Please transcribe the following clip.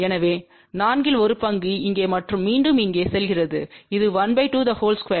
எனவே நான்கில் ஒரு பங்கு இங்கே மற்றும் மீண்டும் இங்கே செல்கிறது இது122